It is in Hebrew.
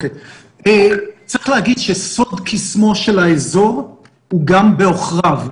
צריך להגיד שסוד קסמו של האזור הוא גם בעוכריו,